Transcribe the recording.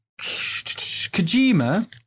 Kojima